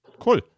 Cool